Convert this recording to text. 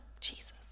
Jesus